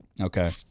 Okay